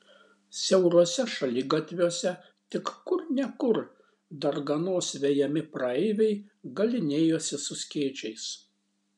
siauruose šaligatviuose tik kur ne kur darganos vejami praeiviai galynėjosi su skėčiais